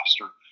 faster